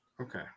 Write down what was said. Okay